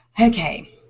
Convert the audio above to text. okay